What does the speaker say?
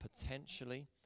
potentially